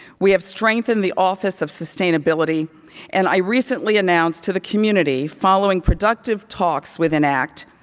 we have strengthened the office of sustainability and i recently announced to the community, following productive talks with enact,